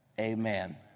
amen